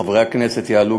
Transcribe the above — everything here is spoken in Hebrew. שחברי הכנסת יעלו,